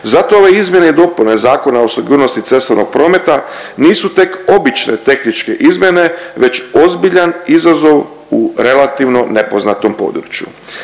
Zato ove izmjene i dopune Zakona o sigurnosti cestovnog prometa nisu tek obične tehničke izmjene već ozbiljan izazov u relativno nepoznatom području.